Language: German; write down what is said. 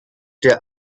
der